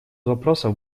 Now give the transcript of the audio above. вопросов